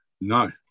No